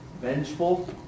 vengeful